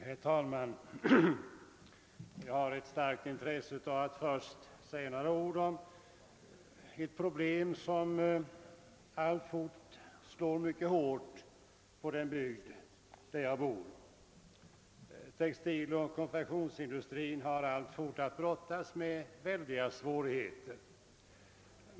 Herr talman! Jag har ett starkt intresse av att först säga några ord om ett problem som alltfort betyder mycket för den bygd där jag bor. Textiloch konfektionsindustrin har alltjämt att brottas med väldiga svårigheter.